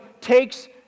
takes